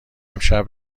امشب